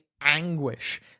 anguish